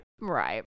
right